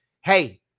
hey